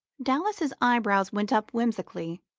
dallas's eye brows went up whimsically.